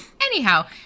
anyhow